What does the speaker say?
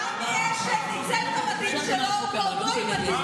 עמי אשד ניצל את המדים שלו בעודו עם מדים